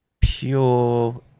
pure